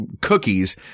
cookies